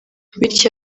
bityo